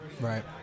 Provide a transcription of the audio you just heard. right